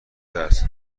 درس